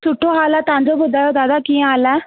सुठो हालु आहे तव्हांजो ॿुधायो दादा कीअं हालु आहे